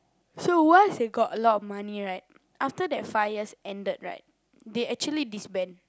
so once they got a lot of money right after that five years ended right they actually disband